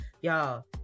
Y'all